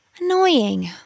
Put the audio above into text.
Annoying